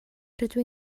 rydw